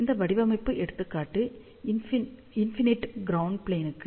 இந்த வடிவமைப்பு எடுத்துக்காட்டு இன்ஃபினிட் க்ரௌண்ட் ப்ளேனுக்கு